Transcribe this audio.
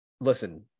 listen